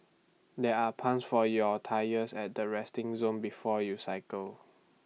there are pumps for your tyres at the resting zone before you cycle